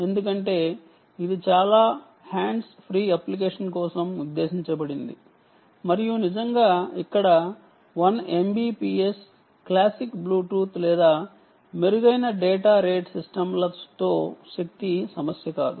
ఎందుకంటే ఇది చాలా హ్యాండ్స్ ఫ్రీ అప్లికేషన్ కోసం ఉద్దేశించబడింది మరియు నిజంగా ఇక్కడ 1 MBPS క్లాసిక్ బ్లూటూత్ లేదా మెరుగైన డేటా రేట్ సిస్టమ్ల తో శక్తి సమస్య కాదు